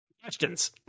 Questions